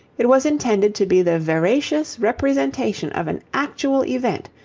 it was intended to be the veracious representation of an actual event,